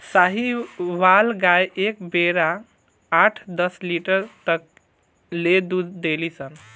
साहीवाल गाय एक बेरा आठ दस लीटर तक ले दूध देली सन